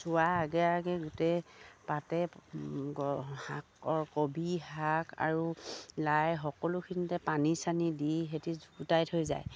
যোৱাৰ আগে আগে গোটেই পাতে শাক কবি শাক আৰু লাই সকলোখিনিতে পানী চানী দি সেহেঁতি গোটাই থৈ যায়